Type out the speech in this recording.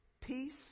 peace